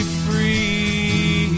free